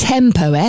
Tempo